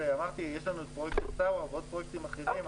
יש לנו פרויקט של SAWA ועוד פרויקטים אחרים.